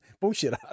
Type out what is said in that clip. Bullshit